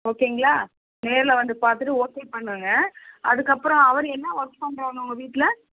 ஓகேங்களா நேரில் வந்து பார்த்துட்டு ஓகே பண்ணுங்கள் அதுக்கப்புறம் அவர் என்ன ஒர்க் பண்ணுறாங்க உங்கள் வீட்டில்